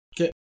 Okay